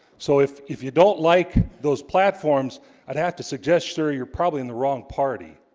so if if you don't like those platforms i'd have to suggest sir you're probably in the wrong party